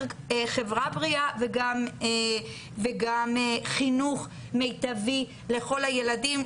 חברה בריאה וגם חינוך מיטבי לכל הילדים,